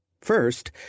First